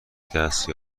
دست